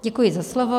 Děkuji za slovo.